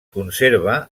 conserva